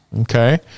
Okay